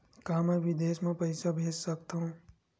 का मैं विदेश म पईसा भेज सकत हव?